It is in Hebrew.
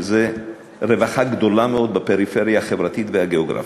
שזו רווחה גדולה מאוד בפריפריה החברתית והגיאוגרפית.